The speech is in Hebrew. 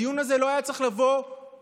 הדיון הזה לא היה צריך לבוא לעולם.